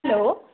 hello